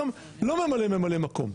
גם לא ממנה ממלא מקום.